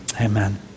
amen